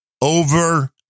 over